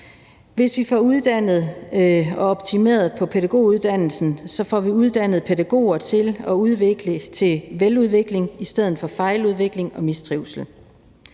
Hvis vi får uddannet og optimeret på pædagoguddannelsen, får vi uddannet pædagoger til at udvikle til veludvikling i stedet for fejludvikling og mistrivsel.